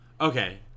okay